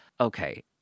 okay